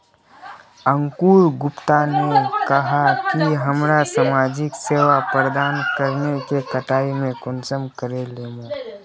अंकूर गुप्ता ने कहाँ की हमरा समाजिक सेवा प्रदान करने के कटाई में कुंसम करे लेमु?